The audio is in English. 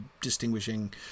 distinguishing